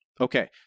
Okay